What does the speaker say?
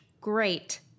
great